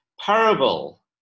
parable